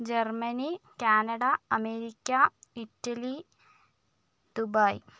Germany Canada America Italy Dubai